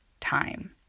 time